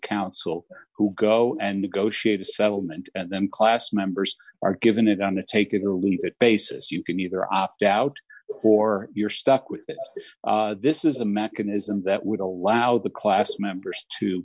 counsel who go and negotiate a settlement and then class members are given a gun to take it or leave it basis you can either opt out core you're stuck with that this is a mechanism that would allow the class members to